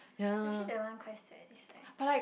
actually that one quite sad if like